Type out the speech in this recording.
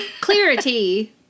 Clarity